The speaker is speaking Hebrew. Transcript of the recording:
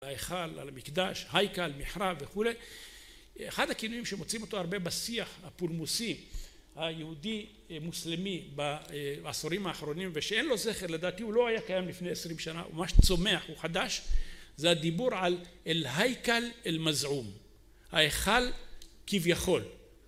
היכל, המקדש, היקל, מחרב וכולי אחד הכינויים שמוצאים אותו הרבה בשיח הפולמוסי היהודי מוסלמי בעשורים האחרונים ושאין לו זכר לדעתי הוא לא היה קיים לפני עשרים שנה הוא ממש צומח הוא חדש זה הדיבור על אל היקל אל מזעום ההיכל כביכול